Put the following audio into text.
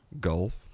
golf